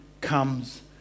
comes